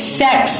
sex